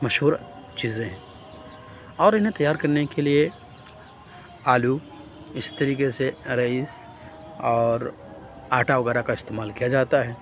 مشہور چیزیں ہیں اور اِنہیں تیار کرنے کے لیے آلو اِسی طریقے سے رائس اور آٹا وغیرہ کا استعمال کیا جاتا ہے